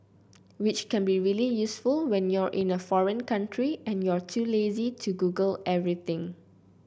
which can be really useful when you're in a foreign country and you're too lazy to Google everything